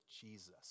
Jesus